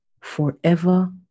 forever